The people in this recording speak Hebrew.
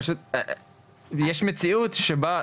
פשוט יש מציאות שבה,